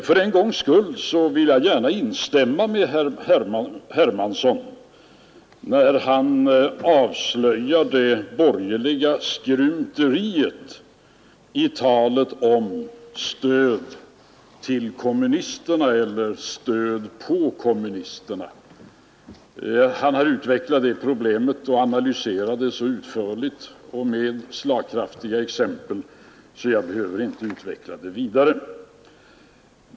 För en gångs skull vill jag gärna instämma med herr Hermansson när han avslöjar det borgerliga skrymteriet i talet om stöd till kommunisterna eller stöd på kommunisterna. Han har utvecklat och analyserat det problemet så utförligt och med så slagkraftiga exempel att jag inte behöver utveckla det vidare.